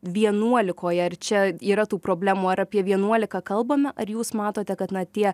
vienuolikoje ar čia yra tų problemų ar apie vienuolika kalbame ar jūs matote kad na tie